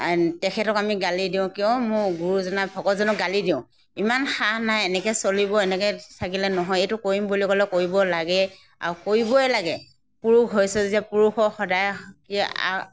তেখেতক আমি গালি দিওঁ কিয় মোৰ গুৰুজনা ভকতজনক গালি দিওঁ ইমান সাহ নাই এনেকৈ চলিব এনেকৈ থাকিলে নহয় এইটো কৰিম বুলি ক'লে কৰিব লাগে আৰু কৰিবই লাগে পুৰুষ হৈছে যেতিয়া পুৰুষক সদায় আগ